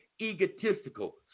egotistical